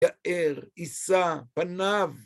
יאר, עיסה, פניו.